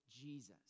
Jesus